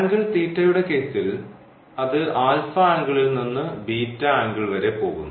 angle യുടെ കേസിൽ അത് ആൽഫ ആംഗിളിൽ നിന്ന് ബീറ്റാ ആംഗിൾ വരെ പോകുന്നു